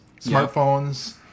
smartphones